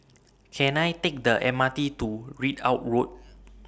Can I Take The M R T to Ridout Road